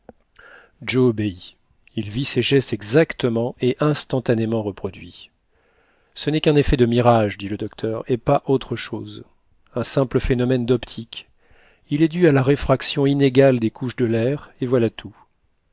obéit il vit ses gestes exactement et instantanément reproduits ce n'est qu'un effet de mirage dit le docteur et pas autre chose un simple phénomène d'optique il est du à la réfraction inégale des couches de l'air et voilà tout